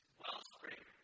wellspring